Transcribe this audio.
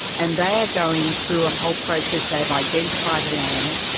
and they are going through a whole process. they've identified the land,